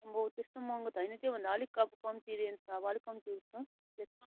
अम्बो त्यस्तो महँगो त होइन त्यो भन्दा अलिक कम्ति रेन्जको अब अलिक कम्ती रेन्जमा